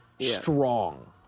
strong